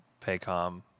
Paycom